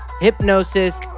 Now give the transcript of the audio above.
Hypnosis